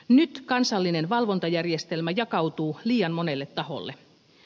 nyt kansallinen valvontajärjestelmä jakautuu liian monelle taholle